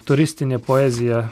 turistinė poezija